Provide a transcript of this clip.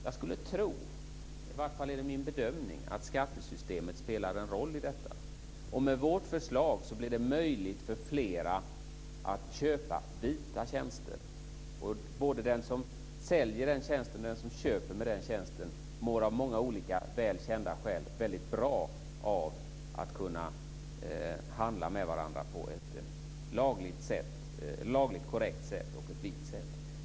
Jag skulle tro, i vart fall är det min bedömning, att skattesystemet spelar en roll i detta. Med vårt förslag blir det möjligt för flera att köpa vita tjänster. Både den som säljer den tjänsten och den som köper den tjänsten mår av många olika väl kända skäl väldigt bra av att kunna handla med varandra på ett lagligt korrekt och vitt sätt.